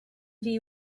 ddi